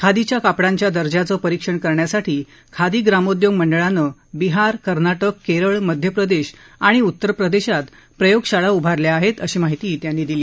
खादीच्या कापडांच्या दर्जाचं परीक्षण करण्यासाठी खादी ग्रामोद्योग मंडळानं बिहार कर्नाटक केरळ मध्यप्रदेश आणि उत्तर प्रदेशात प्रयोगशाळा उभारल्या आहेत अशी माहिती त्यांनी दिली